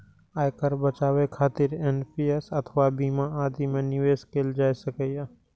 आयकर बचाबै खातिर एन.पी.एस अथवा बीमा आदि मे निवेश कैल जा सकैए